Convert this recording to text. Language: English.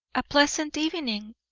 a pleasant evening,